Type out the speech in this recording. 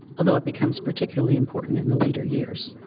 although it becomes particularly important in the later years.